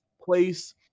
place